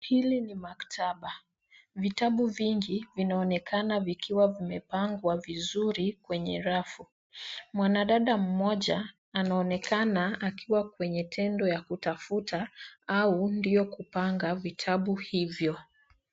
Hili ni maktaba. Vitabu vingi vinaonekana vikiwa vimepangwa vizuri kwenye rafu. Mwanadada mmoja anaonekana akiwa kwenye tendo ya kutafuta au ndio kupanga vitabu hivyo.